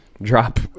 Drop